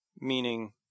Meaning